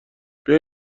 بیا